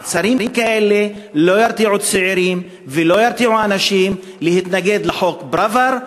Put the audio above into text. מעצרים כאלה לא ירתיעו צעירים ולא ירתיעו אנשים מלהתנגד לחוק פראוור,